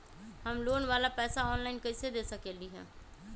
हम लोन वाला पैसा ऑनलाइन कईसे दे सकेलि ह?